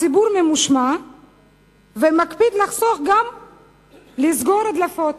הציבור ממושמע ומקפיד לחסוך וגם לסגור דליפות.